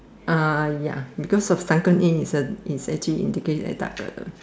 uh ya because of sunken in is a is actually indicate at dark colour